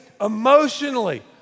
emotionally